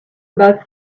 about